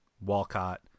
Walcott